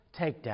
takedown